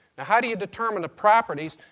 how do you determine the properties?